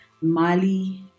Mali